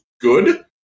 good